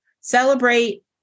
celebrate